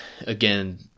again